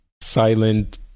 silent